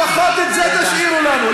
לפחות את זה תשאירו לנו,